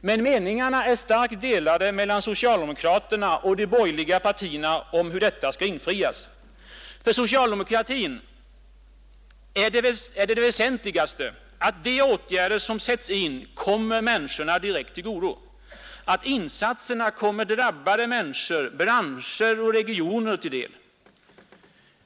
Men meningarna är starkt delade mellan socialdemokraterna och de borgerliga partierna om hur detta skall förverkligas. För socialdemokratin är det väsentligaste att de åtgärder som sätts in kommer människorna direkt till godo, att insatserna kommer drabbade människor, branscher och regioner till del.